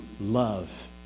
love